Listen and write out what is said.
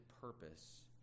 purpose